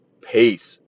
Peace